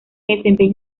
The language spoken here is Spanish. desempeña